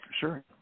Sure